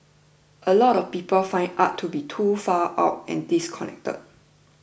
a lot of people find art to be too far out and disconnected